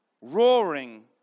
roaring